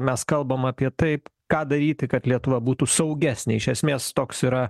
mes kalbam apie taip ką daryti kad lietuva būtų saugesnė iš esmės toks yra